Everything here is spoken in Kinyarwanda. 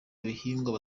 bihingwa